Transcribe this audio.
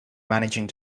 managing